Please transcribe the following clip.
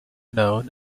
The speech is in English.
known